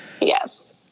Yes